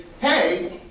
hey